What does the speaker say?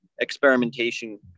experimentation